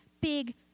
big